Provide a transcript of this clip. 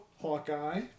Hawkeye